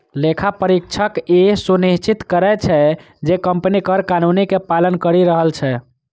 लेखा परीक्षक ई सुनिश्चित करै छै, जे कंपनी कर कानून के पालन करि रहल छै